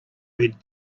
read